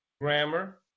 grammar